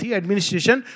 administration